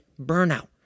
burnout